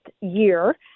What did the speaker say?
year